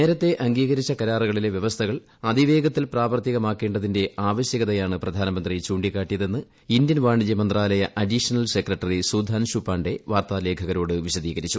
നേരത്തെ അംഗീകരിച്ച കരാറുകളിലെ വ്യവസ്ഥകൾ അതിവേഗത്തിൽ പ്രാവർത്തികമാക്കേണ്ടതിന്റെ ആവശ്യകതയാണ് പ്രധാനമന്ത്രി ചൂണ്ടിക്കാട്ടിയതെന്ന് ഇന്ത്യൻ വാണിജ്യ മന്ത്രാലയ അഡീഷണൽ സെക്രട്ടറി സൂധാൻശു പാണ്ഡ് വാർത്താ ലേഖകരോട് വിശദീകരിച്ചു